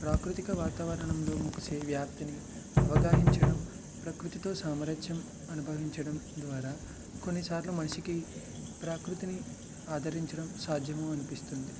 ప్రాకృతిక వాతావరణంలో ముగిసే వ్యాప్తిని అవగాహించడం ప్రకృతితో సామరస్యం అనుభవించడం ద్వారా కొన్నిసార్లు మనిషికి ప్రకృతిని ఆదరించడం సాధ్యము అనిపిస్తుంది